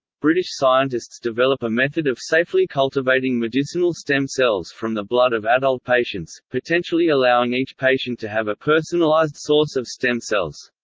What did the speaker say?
british scientists develop a method of safely cultivating medicinal stem cells from the blood of adult patients, patients, potentially allowing each patient to have a personalised source of stem cells.